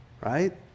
right